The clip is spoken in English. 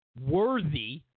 worthy